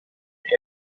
else